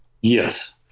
Yes